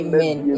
Amen